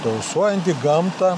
tausojanti gamtą